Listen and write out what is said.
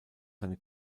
seine